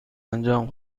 انجام